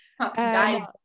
Guys